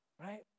right